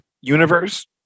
universe